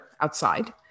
outside